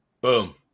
Boom